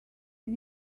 did